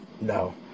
no